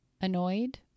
annoyed